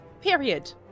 Period